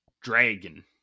Dragon